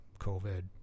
COVID